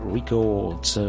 Records